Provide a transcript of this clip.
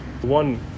One